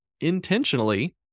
intentionally